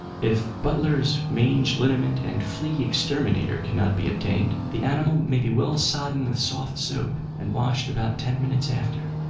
if butler's mange liniment and flea exterminator cannot be obtained, the animal may be well sodden with soft soap and washed about ten minutes after.